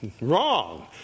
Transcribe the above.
wrong